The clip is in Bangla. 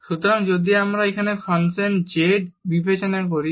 সুতরাং যদি আমরা এখানে ফাংশন z বিবেচনা করি